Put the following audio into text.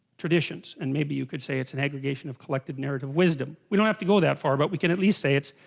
traditions and maybe you could say it's an aggregation of collective narrative wisdom, we don't have to go that far but we can at say it's?